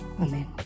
Amen